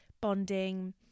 bonding